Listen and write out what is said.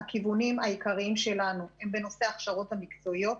הכיוונים העיקריים שלנו הם בנושא ההכשרות המקצועיות,